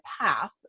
path